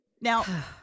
Now